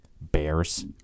bears